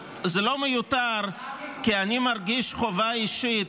זה לא מיותר כי אני מרגיש חובה אישית,